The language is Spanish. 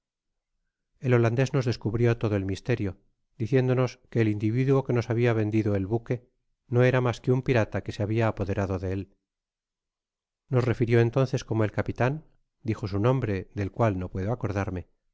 el holandés nos descubrió todo el misterio di ciéndonos que el individuo que nos habia vendido el buque no era mas que un pirata que se habia apoderado de el nos refirió entonces cómo el capitan dijo su nombre del cual no puedo acordarme